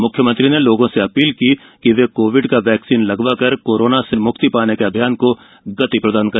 मुख्यमंत्री ने लोगों से अपील की कि वे कोविड का वैक्सीन लगवाकर कोरोना से मुक्ति पाने के अभियान को गति दें